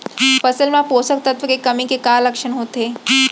फसल मा पोसक तत्व के कमी के का लक्षण होथे?